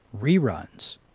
reruns